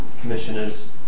commissioners